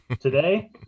today